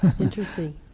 Interesting